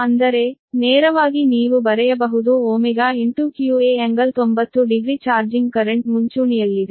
ಅಂದರೆ ನೇರವಾಗಿ ನೀವು ಬರೆಯಬಹುದು qa∟90 ಡಿಗ್ರಿ ಚಾರ್ಜಿಂಗ್ ಕರೆಂಟ್ ಮುಂಚೂಣಿಯಲ್ಲಿದೆ